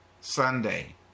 Sunday